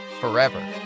forever